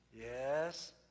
Yes